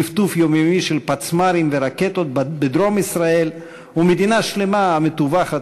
טפטוף יומיומי של פצמ"רים ורקטות בדרום ישראל ומדינה שלמה המטווחת